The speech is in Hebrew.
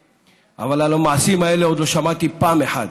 אבל על המעשים האלה עוד לא שמעתי פעם אחת,